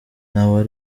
ngo